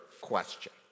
question